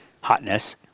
hotness